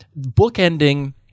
bookending